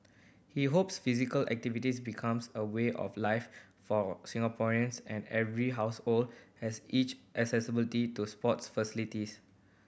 he hopes physical activities becomes a way of life for Singaporeans and every household has each accessibility to sports facilities